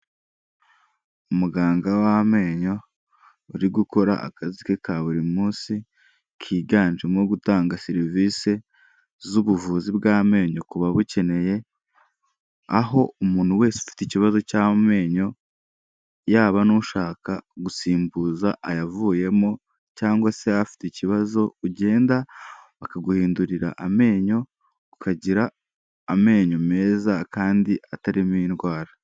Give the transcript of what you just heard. Umuganga w'amenyo, uri gukora akazi ke ka buri munsi kiganjemo gutanga serivisi z'ubuvuzi bw'amenyo kubabukeneye, aho umuntu wese ufite ikibazo cy'amenyo yaba n'ushaka gusimbuza ayavuyemo cyangwa se afite ikibazo ugenda bakaguhindurira amenyo, ukagira amenyo meza kandi atarimo indwara.